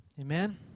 Amen